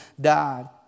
died